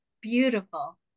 beautiful